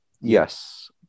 Yes